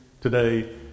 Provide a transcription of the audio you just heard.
today